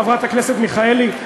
חברת הכנסת מיכאלי,